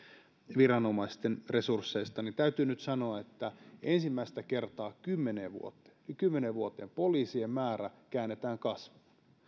viranomaisten resursseista mutta täytyy nyt sanoa että ensimmäistä kertaa kymmeneen vuoteen kymmeneen vuoteen poliisien määrä käännetään kasvuun